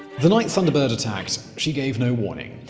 the night thunderbird attacked, she gave no warning.